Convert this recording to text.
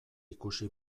ikusi